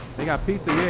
they got pizza?